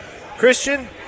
Christian